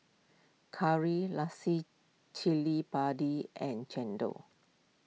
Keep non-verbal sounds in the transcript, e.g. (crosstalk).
Curry (unintelligible) Cili Padi and Chendol